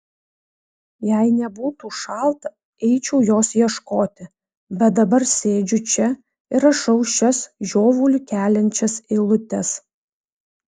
jei nebūtų šalta eičiau jos ieškoti bet dabar sėdžiu čia ir rašau šias žiovulį keliančias eilutes